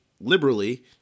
liberally